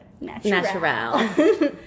Natural